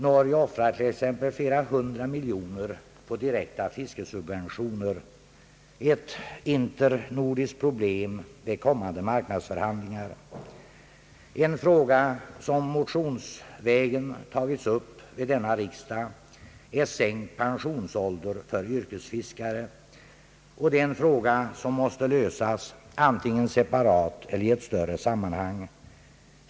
Norge offrar t.ex. flera hundra miljoner på direkta fiskesubventioner, ett internordiskt problem vid kommande marknadsförhandlingar. En fråga som motionsvägen tagits upp vid denna riksdag är sänkt pensionsålder för yrkesfiskare. Det är en fråga som måste lösas, antingen separat eller i ett större samanhang.